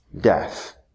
death